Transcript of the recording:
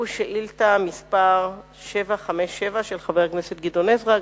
ושאילתא מס' 757 של חבר הכנסת גדעון עזרא,